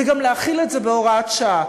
זה גם להחיל את זה בהוראת שעה,